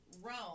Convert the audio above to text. Rome